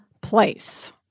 place